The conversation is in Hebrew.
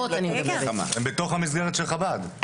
הן בתוך המסגרת של חב"ד.